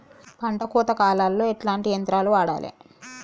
పంట కోత కాలాల్లో ఎట్లాంటి యంత్రాలు వాడాలే?